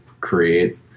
create